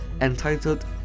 entitled